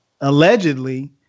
allegedly